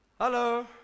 Hello